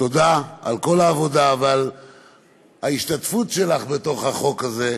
תודה על כל העבודה ועל ההשתתפות שלך בתוך החוק הזה,